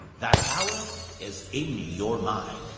that power is in your mind.